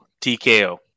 TKO